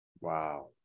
Wow